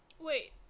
Wait